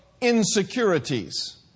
insecurities